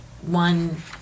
One